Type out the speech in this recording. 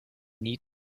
nie